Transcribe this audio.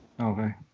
okay